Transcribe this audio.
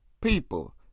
People